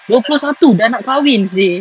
dua puluh satu dah nak kahwin seh